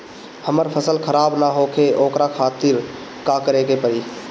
हमर फसल खराब न होखे ओकरा खातिर का करे के परी?